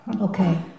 Okay